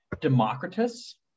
democritus